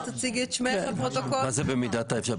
מה זה במידת האפשר?